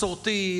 מסורתי,